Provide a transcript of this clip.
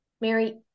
Mary